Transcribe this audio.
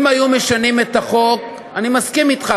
אם היו משנים את החוק, אני מסכים אתך.